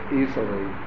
easily